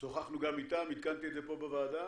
שוחחנו גם איתם, עדכנתי את זה פה בוועדה